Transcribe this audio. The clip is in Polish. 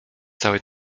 cały